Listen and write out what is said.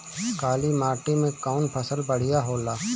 काली माटी मै कवन फसल बढ़िया होला?